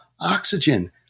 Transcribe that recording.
oxygen